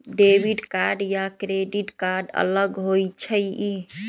Debit card या credit card अलग होईछ ई?